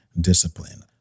discipline